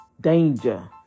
Danger